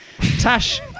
Tash